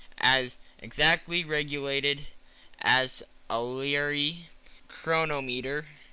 as exactly regulated as a leroy chronometer.